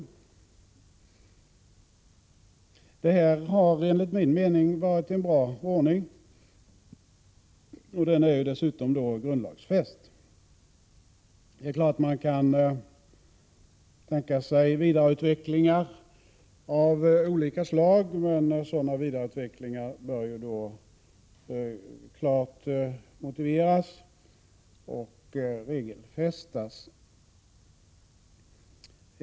Detta har enligt 13 maj 1987 min mening varit en bra ordning, och den är som sagt dessutom grundlags Fedil HökaE fäst. Naturligtvis kan man tänka sig en vidareutveckling av den inom olika - 8 AV ErESKar liga förvaltningen områden, men en sådan bör då klart motiveras och regelfästas.